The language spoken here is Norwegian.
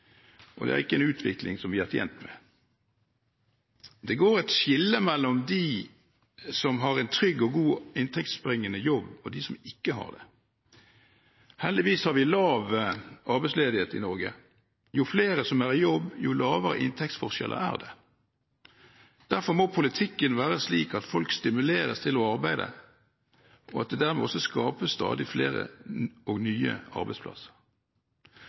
og det er ikke en utvikling vi er tjent med. Det går et skille mellom de som har en trygg og god inntektsbringende jobb, og de som ikke har det. Heldigvis har vi lav arbeidsledighet i Norge. Jo flere som er i jobb, jo lavere inntektsforskjeller er det. Derfor må politikken være slik at folk stimuleres til å arbeide, og at det dermed også skapes flere og nye arbeidsplasser.